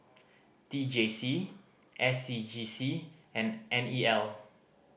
T J C S C G C and N E L